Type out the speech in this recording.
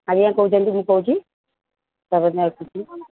ଆଜ୍ଞା କହୁଛନ୍ତି ମୁଁ କହୁଛି